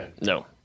No